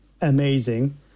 amazing